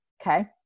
Okay